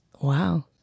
wow